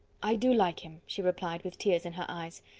i do like him, she replied, with tears in her eyes,